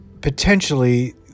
potentially